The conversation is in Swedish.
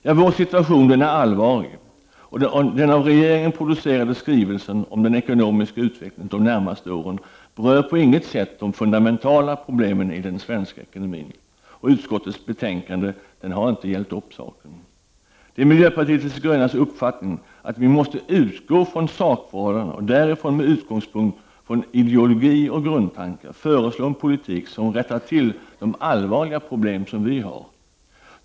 Ja, vår situation är allvarlig, och den av regeringen producerade skrivelsen om den ekonomiska utvecklingen de närmaste åren berör på inget sätt de fundamentala problemen i den svenska ekonomin. Och utskottets betänkande har inte hjälpt upp saken. Det är miljöpartiet de grönas uppfattning att vi måste utgå från sakförhållanden och därifrån med utgångspunkt från ideologier och grundtankar föreslå en politik som rättar till de allvarliga problem som vi har.